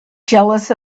jealous